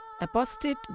apostate